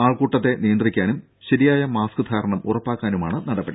ആൾക്കൂട്ടങ്ങൾ നിയന്ത്രിക്കാനും ശരിയായ മാസ്ക് ധാരണം ഉറപ്പാക്കാനുമാണ് നടപടി